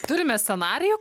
turime scenarijų